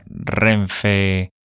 Renfe